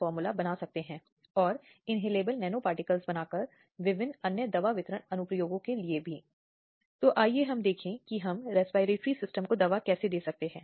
slide समय देखें 1539 अब इसलिए यह बलात्कार का अपराध है और यह है कि बलात्कार के कानूनों में बदलाव कैसे लाया गया है अपराध के रूप को चौड़ा करने के साथ साथ अपराध के कई उग्र रूपों और उन्हें उच्च के साथ दंडित करना भी शामिल है